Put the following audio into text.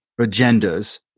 agendas